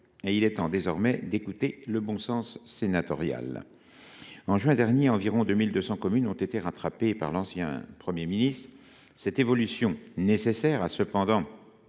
Il est temps désormais d’écouter le bon sens sénatorial. En juin dernier, environ 2 200 communes ont été « rattrapées » par l’ancien Premier ministre. Cette évolution, certes nécessaire,